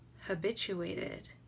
habituated